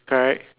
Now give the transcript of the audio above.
correct